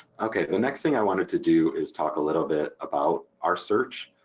ok the next thing i wanted to do is talk a little bit about our search.